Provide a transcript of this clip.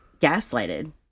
gaslighted